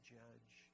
judge